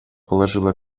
положила